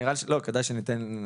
נראה לי כדאי שניתן,